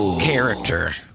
character